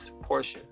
portion